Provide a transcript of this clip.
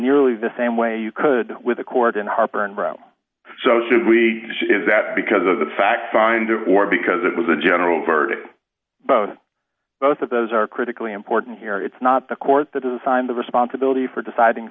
nearly the same way you could with the court in harper and row so should we is that because of the fact finder or because it was a general verdict both both of those are critically important here it's not the court that is assigned the responsibility for deciding